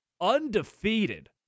undefeated